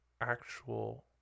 actual